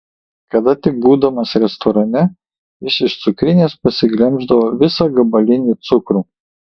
kada tik būdamas restorane jis iš cukrinės pasiglemždavo visą gabalinį cukrų